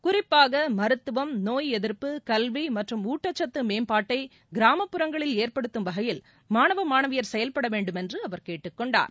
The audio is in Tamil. குறிப்பாக மருத்துவம் நோய் எதிர்ப்பு கல்வி மற்றும் ஊட்டச்சத்து மேம்பாட்டை கிராமப்புறங்களில் ஏற்படுத்தும் வகையில் மாணவியர் செயல்பட வேண்டும் என்று அவர் கேட்டுக்கொண்டார்